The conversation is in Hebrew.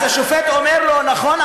אז השופט אומר לו: נכון,